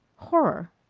horror!